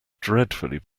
dreadfully